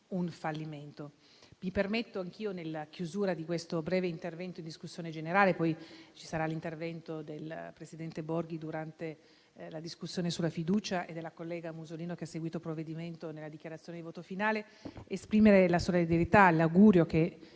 il fallimento. Mi permetto anch'io, nella chiusura di questo breve intervento in discussione generale (poi ci saranno quelli del presidente Borghi durante la discussione sulla fiducia e della collega Musolino, che ha seguito il provvedimento nella dichiarazione di voto finale), di esprimere la solidarietà e l'augurio che